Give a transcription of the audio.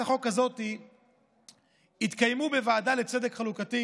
החוק הזאת התקיימו בוועדה לצדק חלוקתי